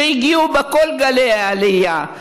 שהגיעו בכל גלי העלייה.